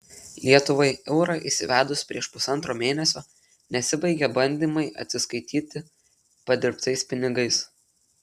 lietuvai eurą įsivedus prieš pusantro mėnesio nesibaigia bandymai atsiskaityti padirbtais pinigais